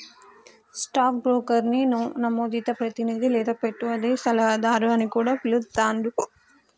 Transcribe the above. stock బ్రోకర్ని నమోదిత ప్రతినిధి లేదా పెట్టుబడి సలహాదారు అని కూడా పిలుత్తాండ్రు